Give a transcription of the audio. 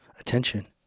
attention